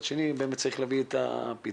ומצד שני צריך להביא את הפתרון.